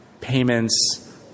payments